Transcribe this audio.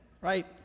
right